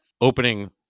opening